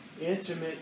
intimate